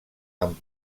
amb